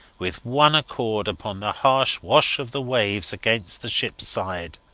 with one accord, upon the harsh wash of the waves against the ships side.